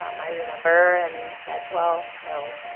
um i remember, and said, well, no.